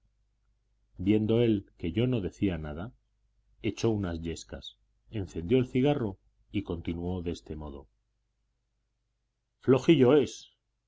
viendo él que yo no decía nada echó unas yescas encendió el cigarro y continuó de este modo flojillo es